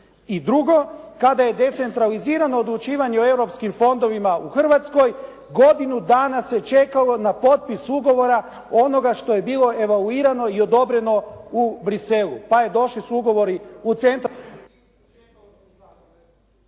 drugo, kada je decentralizirano odlučivanje o europskim fondovima u Hrvatskoj, godinu dana se čekalo na potpis ugovora onoga što je bilo evaluirano i odobreno u Bruxelles-u. Pa došli su ugovori …